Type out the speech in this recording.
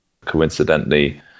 coincidentally